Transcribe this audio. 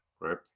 right